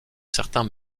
certains